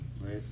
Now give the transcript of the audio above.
Right